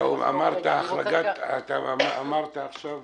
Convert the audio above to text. אמרת עכשיו